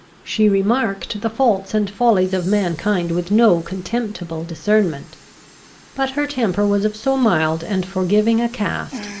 she remarked the faults and follies of mankind with no contemptible discernment but her temper was of so mild and forgiving a cast,